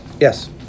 Yes